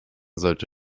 sollte